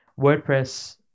WordPress